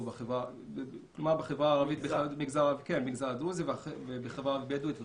בחברה הבדואית וכולי.